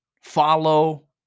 follow